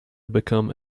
become